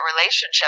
relationship